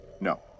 No